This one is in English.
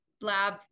lab